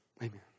Amen